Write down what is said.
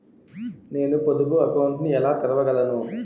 నేను పొదుపు అకౌంట్ను ఎలా తెరవగలను?